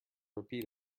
repeat